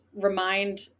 remind